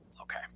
okay